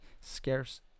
scarce